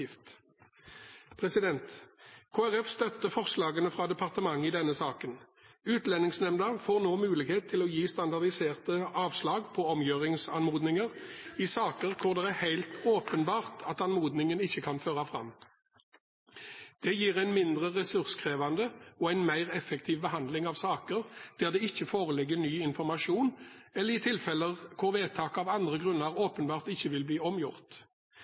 Kristelig Folkeparti støtter forslagene fra departementet i denne saken. Utlendingsnemnda får nå mulighet til å gi standardiserte avslag på omgjøringsanmodninger i saker hvor det er helt åpenbart at anmodningen ikke kan føre fram. Det gir en mindre ressurskrevende og mer effektiv behandling av saker der det ikke foreligger ny informasjon eller i tilfeller hvor vedtaket av andre grunner åpenbart ikke vil bli omgjort.